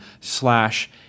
slash